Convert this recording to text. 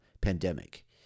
pandemic